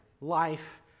life